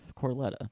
Corletta